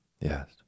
Yes